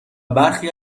برخی